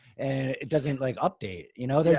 and it doesn't like update, you know, they're